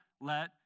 let